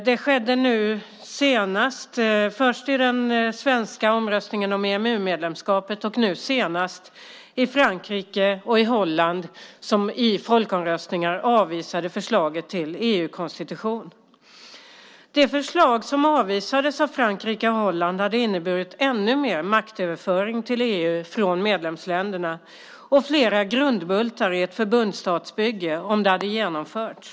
Det skedde också i den svenska omröstningen om EMU-medlemskapet och nu senast i Frankrike och Holland som i folkomröstningar avvisade förslaget till EU-konstitution. Det förslag som avvisades av Frankrike och Holland hade inneburit ännu mer maktöverföring till EU från medlemsländerna och flera grundbultar i ett förbundsstatsbygge om det hade genomförts.